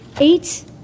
Eight